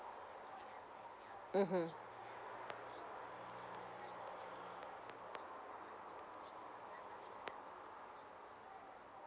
mmhmm